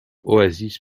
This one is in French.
oasis